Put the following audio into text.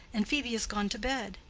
and phoebe is gone to bed.